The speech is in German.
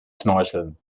schnorcheln